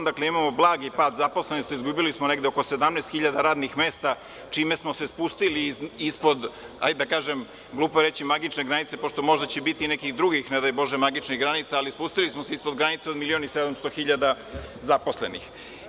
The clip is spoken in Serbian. Dakle, imamo blagi pad zaposlenosti, izgubili smo negde oko 17.000 radnih mesta, čime smo se spustili ispod, glupo je da kažem magične granice, pošto će biti možda i nekih drugih ne daj bože magičnih granica, ali spustili smo se ispod granice od 1.700.000 zaposlenih.